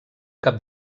cap